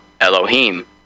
Elohim